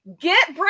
get